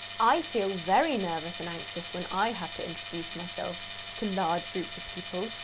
i feel very nervous and anxious when i have to introduce myself to large groups of people,